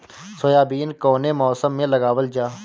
Soybean कौने मौसम में लगावल जा?